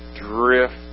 drift